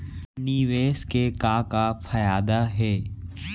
निवेश के का का फयादा हे?